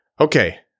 okay